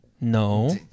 No